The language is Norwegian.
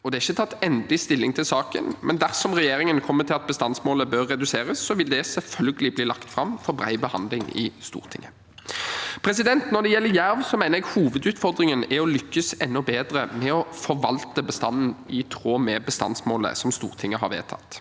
Det er ikke tatt endelig stilling til saken, men dersom regjeringen kommer til at bestandsmålet bør reduseres, vil det selvfølgelig bli lagt fram for bred behandling i Stortinget. Når det gjelder jerv, mener jeg hovedutfordringen er å lykkes enda bedre med å forvalte bestanden i tråd med bestandsmålet som Stortinget har vedtatt.